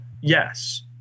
Yes